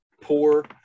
poor